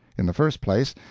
in the first place,